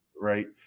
Right